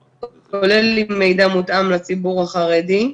ובאנגלית, כולל עם מידע מותאם לציבור החרדי,